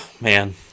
man